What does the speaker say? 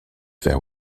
there